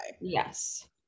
Yes